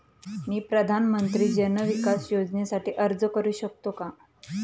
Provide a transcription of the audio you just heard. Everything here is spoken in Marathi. मी प्रधानमंत्री जन विकास योजनेसाठी अर्ज करू शकतो का?